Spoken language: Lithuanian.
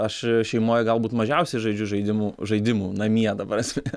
aš šeimoj galbūt mažiausiai žaidžiu žaidimų žaidimų namie ta prasme